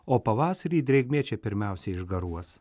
o pavasarį drėgmė čia pirmiausia išgaruos